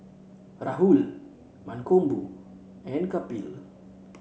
Rahul Mankombu and Kapil